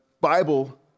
Bible